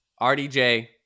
RDJ